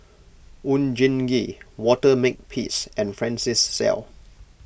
Oon Jin Gee Walter Makepeace and Francis Seow